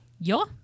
Yo